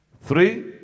Three